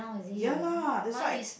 ya lah that's why I